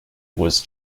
was